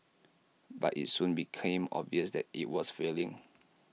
but IT soon became obvious that IT was failing